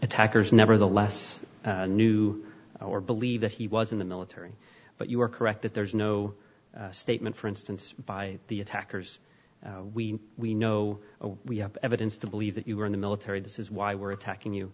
attackers nevertheless knew or believe that he was in the military but you are correct that there is no statement for instance by the attackers we we know we have evidence to believe that you were in the military this is why we're attacking you